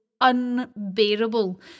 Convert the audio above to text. unbearable